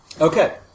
Okay